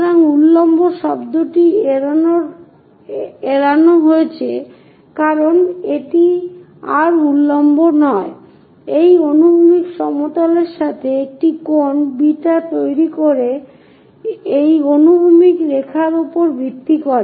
সুতরাং এই উল্লম্ব শব্দটি এড়ানো হয়েছে কারণ এটি আর উল্লম্ব নয় এটি অনুভূমিক সমতলের সাথে একটি কোণ বিটা তৈরি করে এই অনুভূমিক রেখার উপর ভিত্তি করে